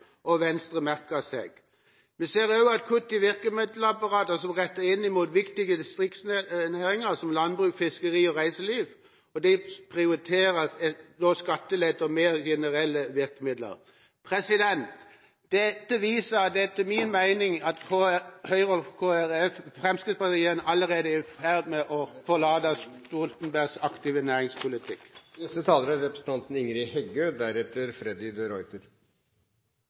og Venstre merke seg. Vi ser også kutt i virkemiddelapparatet som er rettet inn mot viktige distriktsnæringer som landbruk, fiskeri og reiseliv. Det prioriteres i stedet skattelette og mer generelle virkemidler. Dette viser etter min mening at Høyre, Fremskrittspartiet, Kristelig Folkeparti og Venstre allerede er i ferd med å forlate Stoltenberg-regjeringas aktive næringspolitikk. Regjeringa Solberg er